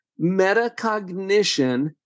metacognition